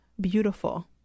beautiful